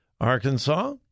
Arkansas